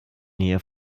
nähe